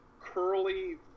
curly